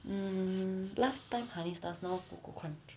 hmm last time honey stars now koko krunch